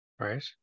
right